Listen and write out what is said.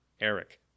Eric